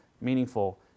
meaningful